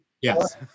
Yes